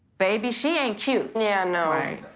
baby, she ain't cute. yeah, you know right.